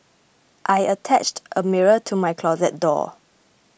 I attached a mirror to my closet door